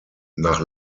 nach